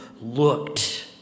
looked